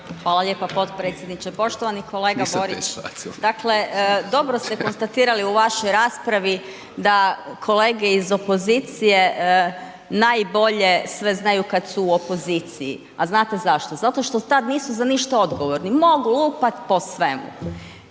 Hvala lijepo potpredsjedniče. Poštovani kolega Borić, dakle dobro ste konstatirali u vašoj raspravi da kolege iz opozicije najbolje sve znaju kad su u opoziciji, a znate zašto? Zato što tad nisu za ništa odgovorni, mogu lupat po svemu